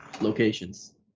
locations